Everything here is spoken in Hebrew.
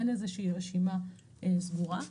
אין רשימה סגורה,